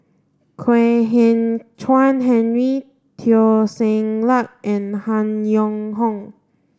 Kwek Hian Chuan Henry Teo Ser Luck and Han Yong Hong